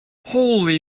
holy